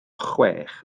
chwech